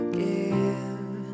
give